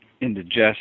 indigestion